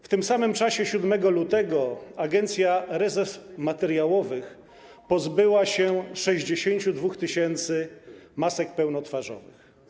W tym samym czasie 7 lutego Agencja Rezerw Materiałowych pozbyła się 62 tys. masek pełnotwarzowych.